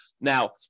Now